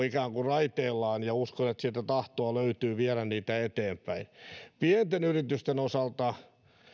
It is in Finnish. ikään kuin raiteillaan ja uskon että sieltä tahtoa löytyy viedä niitä eteenpäin pienten yritysten osalta